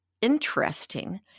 interesting